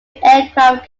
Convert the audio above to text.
aircraft